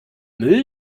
müll